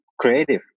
creative